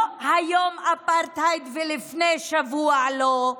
לא היום אפרטהייד ולפני שבוע לא,